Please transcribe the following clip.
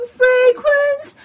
fragrance